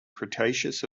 cretaceous